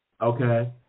Okay